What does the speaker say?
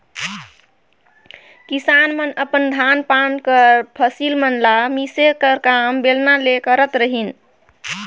किसान मन अपन धान पान कर फसिल मन ल मिसे कर काम बेलना ले करत रहिन